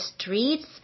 streets